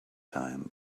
time